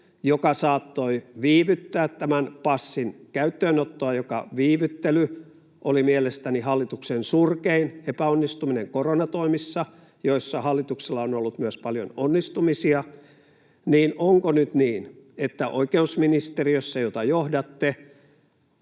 mikä saattoi viivyttää tämän passin käyttöönottoa, joka viivyttely oli mielestäni hallituksen surkein epäonnistuminen koronatoimissa, joissa hallituksella on ollut myös paljon onnistumisia — niin onko nyt niin, että oikeusministeriössä, jota johdatte